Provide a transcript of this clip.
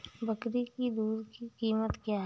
बकरी की दूध की कीमत क्या है?